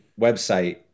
website